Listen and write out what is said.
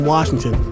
Washington